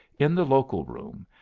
in the local room,